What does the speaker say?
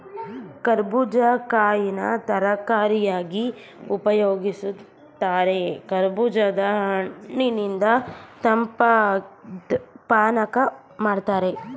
ಕರ್ಬೂಜ ಕಾಯಿನ ತರಕಾರಿಯಾಗಿ ಉಪಯೋಗಿಸ್ತಾರೆ ಕರ್ಬೂಜದ ಹಣ್ಣಿನಿಂದ ತಂಪಾದ್ ಪಾನಕ ಮಾಡ್ತಾರೆ